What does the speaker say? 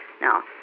Now